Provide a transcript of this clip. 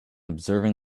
observing